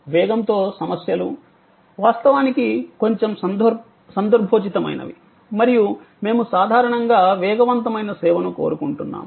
వేగంతో సమస్యలు వాస్తవానికి కొంచెం సందర్భోచితమైనవి మరియు మేము సాధారణంగా వేగవంతమైన సేవను కోరుకుంటున్నాము